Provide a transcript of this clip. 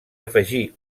afegí